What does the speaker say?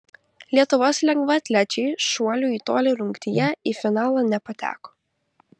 lietuvos lengvaatlečiai šuolių į tolį rungtyje į finalą nepateko